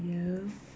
yes